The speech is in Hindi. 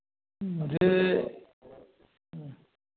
मुझे